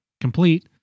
Complete